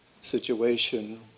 situation